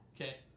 Okay